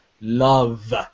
love